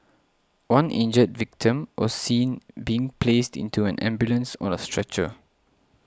one injured victim was seen being placed into an ambulance on a stretcher